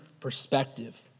perspective